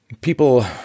people